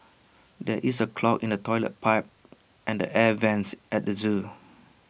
there is A clog in the Toilet Pipe and the air Vents at the Zoo